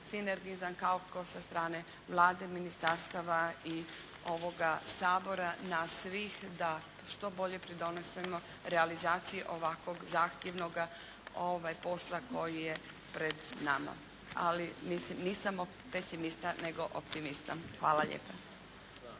kako sa strane Vlade, ministarstava i ovoga Sabora na svih da što bolje pridonesemo realizaciji ovakvog zahtjevnoga posla koji je pred nama. Ali mislim, nisam pesimista, nego optimista. Hvala lijepa.